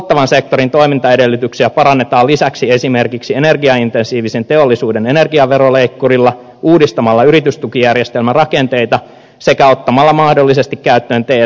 tuottavan sektorin toimintaedellytyksiä parannetaan lisäksi esimerkiksi energiaintensiivisen teollisuuden energiaveroleikkurilla uudistamalla yritystukijärjestelmän rakenteita sekä ottamalla mahdollisesti käyttöön t k verovähennys